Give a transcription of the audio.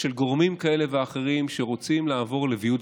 של גורמים כאלה ואחרים שרוצים לעבור לוויעוד